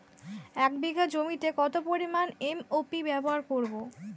এক বিঘা জমিতে কত পরিমান এম.ও.পি ব্যবহার করব?